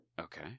Okay